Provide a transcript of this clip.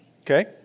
Okay